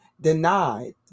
denied